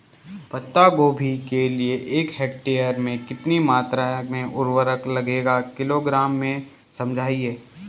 पत्ता गोभी के लिए एक हेक्टेयर में कितनी मात्रा में उर्वरक लगेगा किलोग्राम में समझाइए?